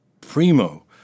primo